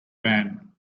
van